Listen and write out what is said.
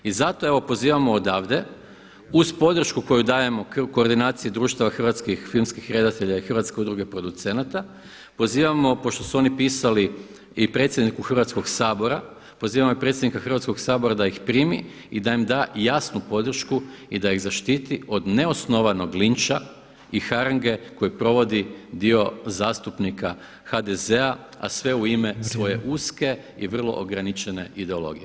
I zato evo pozivamo odavde uz podršku koju dajemo koordinaciji Društava hrvatskih filmskih redatelja i Hrvatske udruge producenata, pozivamo pošto su oni pisali i predsjedniku Hrvatskoga sabora, pozivamo i predsjednika Hrvatskoga sabora da ih primi i da nam da jasnu podršku i da ih zaštiti od neosnovanog lična i haringe koju provodi dio zastupnika HDZ-a a sve u ime svoje uske i vrlo ograničene ideologije.